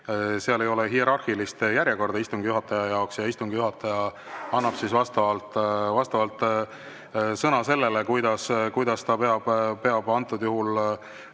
Seal ei ole hierarhilist järjekorda istungi juhataja jaoks ja istungi juhataja annab sõna vastavalt sellele, kuidas ta peab antud juhul